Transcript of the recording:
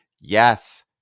yes